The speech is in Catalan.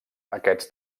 aquests